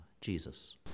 Jesus